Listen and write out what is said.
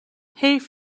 حیف